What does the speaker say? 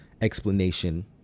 explanation